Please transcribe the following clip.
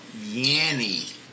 Yanny